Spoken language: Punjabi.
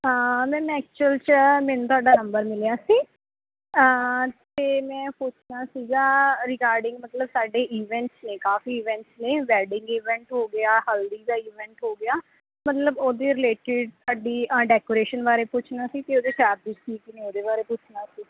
ਮੈਮ ਐਕਚੁਅਲ 'ਚ ਮੈਨੂੰ ਤੁਹਾਡਾ ਨੰਬਰ ਮਿਲਿਆ ਸੀ ਅਤੇ ਮੈਂ ਪੁੱਛਣਾ ਸੀਗਾ ਰੀਗਾਰਡਿੰਗ ਮਤਲਬ ਸਾਡੇ ਈਵੈਂਟਸ ਨੇ ਕਾਫ਼ੀ ਈਵੈਂਟਸ ਨੇ ਵੈਡਿੰਗ ਈਵੈਂਟ ਹੋ ਗਿਆ ਹਲਦੀ ਦਾ ਈਵੈਂਟ ਹੋ ਗਿਆ ਮਤਲਬ ਉਹਦੇ ਰੀਲੇਟਿਡ ਸਾਡੀ ਡੈਕੋਰੇਸ਼ਨ ਬਾਰੇ ਪੁੱਛਣਾ ਸੀ ਅਤੇ ਉਹਦੇ ਚਾਰਜਿਸ ਕੀ ਕੀ ਨੇ ਉਹਦੇ ਬਾਰੇ ਪੁੱਛਣਾ ਸੀ